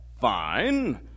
Fine